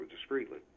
discreetly